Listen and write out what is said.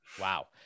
Wow